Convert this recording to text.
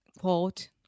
Quote